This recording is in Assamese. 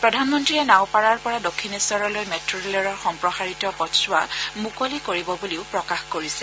প্ৰধানমন্ত্ৰীয়ে নাওপাৰাৰ পৰা দক্ষিণেখ্বলৈ মেট্ ৰেলৰ সম্প্ৰসাৰিত পথছোৱা মুকলি কৰিব বুলিও প্ৰকাশ কৰিছে